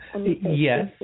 Yes